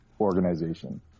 organization